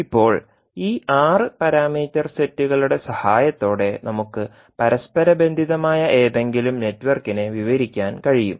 ഇപ്പോൾ ഈ 6 പാരാമീറ്റർ സെറ്റുകളുടെ സഹായത്തോടെ നമുക്ക് പരസ്പരബന്ധിതമായ ഏതെങ്കിലും നെറ്റ്വർക്കിനെ വിവരിക്കാൻ കഴിയും